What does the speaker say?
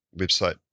website